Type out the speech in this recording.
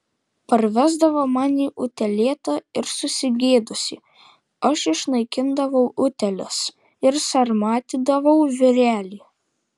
parvesdavo man jį utėlėtą ir susigėdusį aš išnaikindavau utėles ir sarmatydavau vyrelį